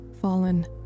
Fallen